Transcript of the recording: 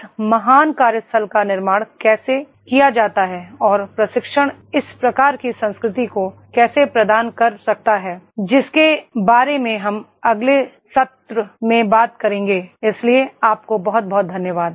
इस महान कार्यस्थल का निर्माण कैसे किया जाता है और प्रशिक्षण इस प्रकार की संस्कृति को कैसे प्रदान कर सकता है जिसके बारे में हम अगले सत्र में बात करेंगे इसलिए आपको बहुत बहुत धन्यवाद